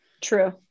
true